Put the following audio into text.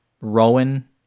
rowan